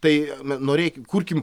tai norėkim kurkim